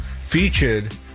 featured